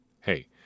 hey